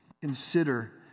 consider